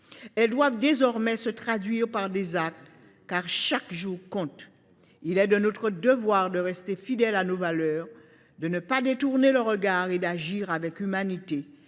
Elles doivent désormais se traduire par des actes, car chaque jour compte. Il est de notre devoir de rester fidèles à nos valeurs, de ne pas détourner le regard et d’agir, avec humanité,